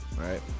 right